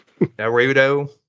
Naruto